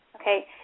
okay